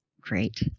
great